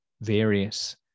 various